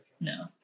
No